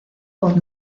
por